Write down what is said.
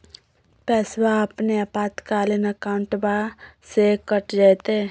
पैस्वा अपने आपातकालीन अकाउंटबा से कट जयते?